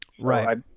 Right